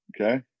Okay